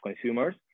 consumers